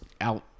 out